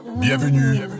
Bienvenue